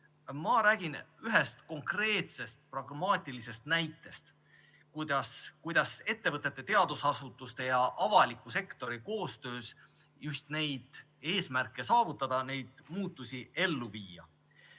mina räägin ühest konkreetsest pragmaatilisest näitest, kuidas ettevõtete, teadusasutuste ja avaliku sektori koostöös just neid eesmärke saavutada, neid muudatusi ellu viia.